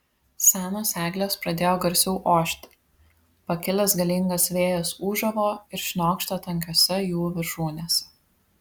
senos eglės pradėjo garsiau ošti pakilęs galingas vėjas ūžavo ir šniokštė tankiose jų viršūnėse